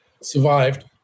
survived